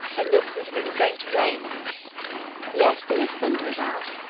it looks as if it was going to rain yes there is thunder about.